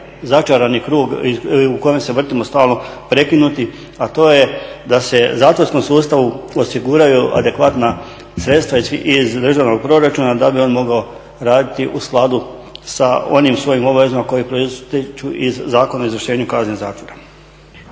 začarani krug u kome se vrtimo stalno prekinuti a to je da se zatvorskom sustavu osiguraju adekvatna sredstva iz državnog proračuna da bi on mogao raditi u skladu sa onim svojim obvezama koje proističu iz Zakona o izvršenju kazne zakona.